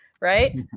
right